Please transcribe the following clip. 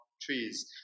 trees